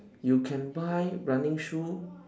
you can buy running shoe